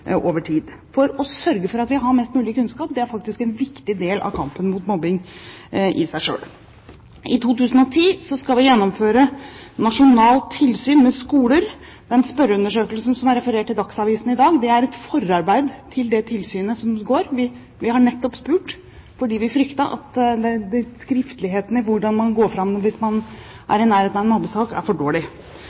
over tid, for å sørge for at vi har mest mulig kunnskap. Det er faktisk en viktig del av kampen mot mobbing i seg selv. I 2010 skal vi gjennomføre nasjonalt tilsyn med skoler. Den spørreundersøkelsen som er referert i Dagsavisen i dag, er et forarbeid til det tilsynet som går. Vi har nettopp spurt, fordi vi fryktet at skriftligheten i hvordan man går fram hvis man er i nærheten av en mobbesak, er for dårlig.